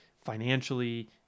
financially